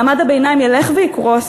מעמד הביניים ילך ויקרוס,